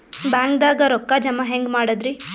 ಬ್ಯಾಂಕ್ದಾಗ ರೊಕ್ಕ ಜಮ ಹೆಂಗ್ ಮಾಡದ್ರಿ?